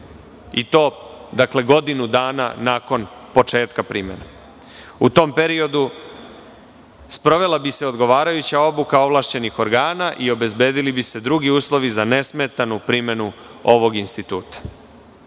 i to godinu dana nakon početka primene. U tom periodu sprovela bi se odgovarajuća obuka ovlašćenih organa i obezbedili bi se drugi uslovi za nesmetanu primenu ovog instituta.